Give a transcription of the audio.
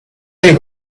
they